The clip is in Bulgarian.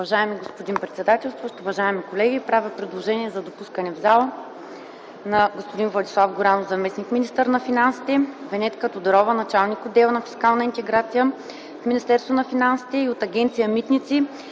Уважаеми господин председател, уважаеми колеги! Правя предложение за допускане в зала на господин Владислав Горанов – заместник-министър на финансите, Венетка Тодорова – началник на отдел „Фискална интеграция” в Министерство на финансите, и от Агенция „Митници”